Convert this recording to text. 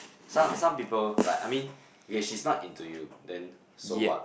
some some people like I mean okay she's not into you then so what